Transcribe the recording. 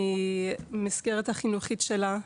מהמסגרת החינוכית שלה,